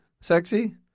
sexy